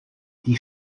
die